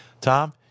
Tom